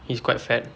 is quite fat